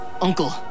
Uncle